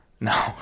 no